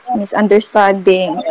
misunderstanding